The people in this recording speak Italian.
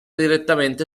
direttamente